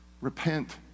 Repent